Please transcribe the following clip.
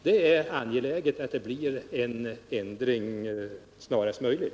Det är därför angeläget att det blir en ändring snarast möjligt.